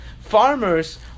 farmers